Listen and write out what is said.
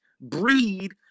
breed